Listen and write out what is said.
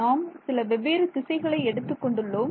நாம் சில வெவ்வேறு திசைகளை எடுத்துக் கொண்டுள்ளோம்